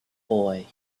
boy